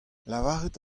lavaret